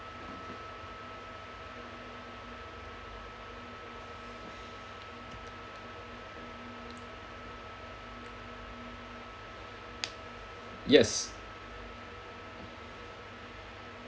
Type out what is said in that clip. yes